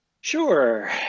Sure